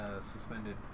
suspended